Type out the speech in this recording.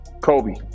Kobe